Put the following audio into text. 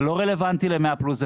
זה לא רלוונטי ל-100 פלוס,